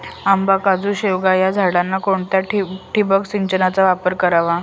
आंबा, काजू, शेवगा या झाडांना कोणत्या ठिबक पद्धतीचा वापर करावा?